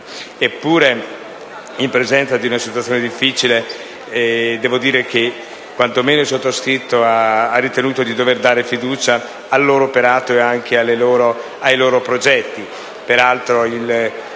seppure in presenza di una situazione difficile, il sottoscritto ha ritenuto di dover dare fiducia al loro operato e ai loro progetti.